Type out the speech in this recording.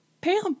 Pam